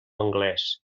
anglès